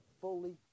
fully